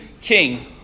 king